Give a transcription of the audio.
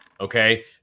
okay